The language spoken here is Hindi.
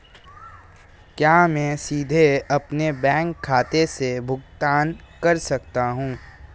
क्या मैं सीधे अपने बैंक खाते से भुगतान कर सकता हूं?